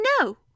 No